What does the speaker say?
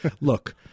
Look